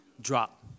drop